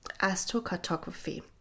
astrocartography